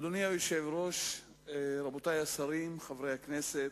אדוני היושב-ראש, רבותי השרים, חברי הכנסת,